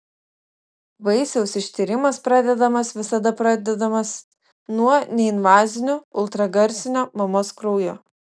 vaisiaus ištyrimas pradedamas visada pradedamas nuo neinvazinių ultragarsinio mamos kraujo